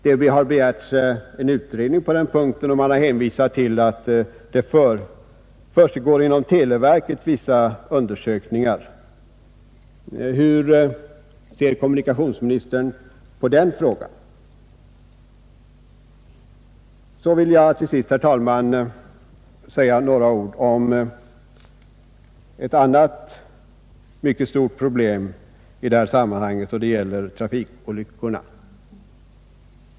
Det har begärts en utredning på denna punkt, och man har hänvisat till att det inom televerket försiggår vissa undersökningar. Hur ser kommunikationsministern på den frågan? Till sist vill jag, herr talman, säga några ord om ett annat mycket stort problem, trafikolyckorna.